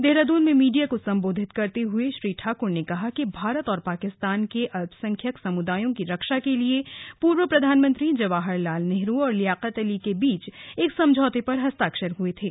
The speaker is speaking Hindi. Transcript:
देहरादून में मीडिया को संबोधित करते हुए श्री ठाकुर ने कहा कि भारत और पाकिस्तान के अल्पसंख्यक समुदायों की रक्षा के लिए पूर्व प्रधानमंत्री जवाहर लाल नेहरू और लियाकत अली के बीच एक समझौते पर हस्ताक्षर हुए थे